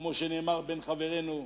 כמו שנאמר בין חברינו,